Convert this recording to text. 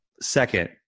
Second